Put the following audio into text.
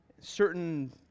certain